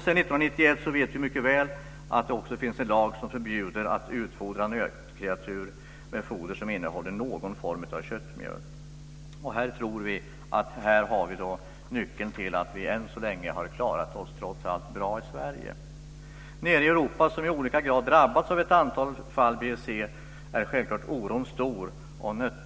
Sedan 1991 finns en lag som förbjuder utfodring av nötkreatur med foder som innehåller någon form av köttmjöl. Här tror vi att nyckeln ligger till att vi än så länge trots allt har klarat oss bra i Sverige. Nere i Europa, som i olika grad drabbats av BSE, är oron självfallet stor.